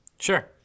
sure